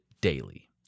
daily